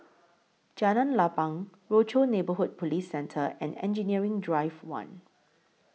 Jalan Lapang Rochor Neighborhood Police Centre and Engineering Drive one